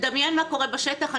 אמון הציבור.